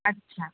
अच्छा